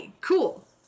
cool